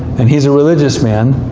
and he's a religious man,